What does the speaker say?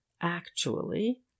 Actually